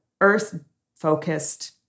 earth-focused